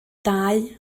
dau